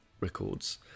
Records